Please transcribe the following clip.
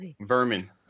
Vermin